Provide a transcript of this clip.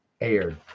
aired